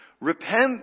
Repent